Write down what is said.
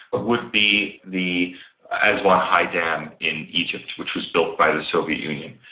would be the aswan high dam in egypt which was built by the soviet union.